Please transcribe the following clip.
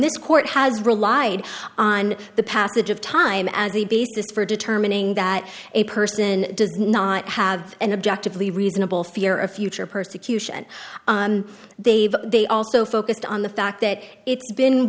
this court has relied on the passage of time as the basis for determining that a person does not have an objective lee reasonable fear of future persecution they've they also focused on the fact that it's been